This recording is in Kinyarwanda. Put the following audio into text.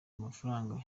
amafaranga